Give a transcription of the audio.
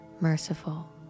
merciful